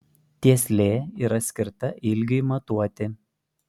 tieslė yra skirta ilgiui matuoti